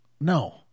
No